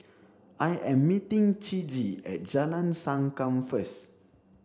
I am meeting Ciji at Jalan Sankam first